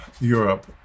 Europe